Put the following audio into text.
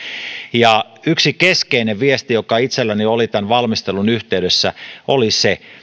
ja yksi keskeinen viesti joka itselläni oli tämän valmistelun yhteydessä oli se